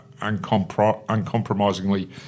uncompromisingly